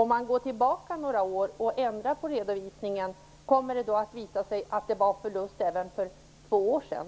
Om man går tillbaka några år och ändrar på redovisningen, kommer det då att visa sig att SJ gick med förlust även för två år sedan?